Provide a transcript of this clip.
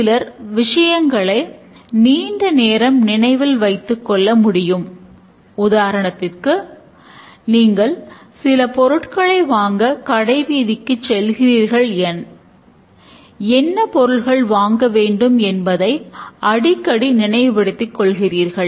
இந்த உத்தியை கற்றுக்கொள்வது மிகவும் சுலபம் என்று கூறினேன்